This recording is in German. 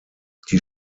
die